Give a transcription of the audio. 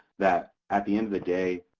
that at the end of the day,